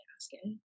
asking